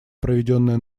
проведенное